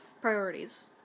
Priorities